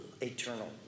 eternal